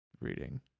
reading